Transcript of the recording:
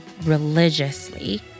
religiously